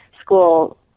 school